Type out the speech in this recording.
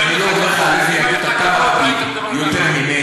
אז אני לא אומר לך על איזה יהדות אתה מקפיד יותר ממני.